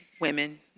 women